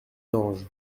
anges